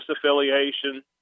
affiliation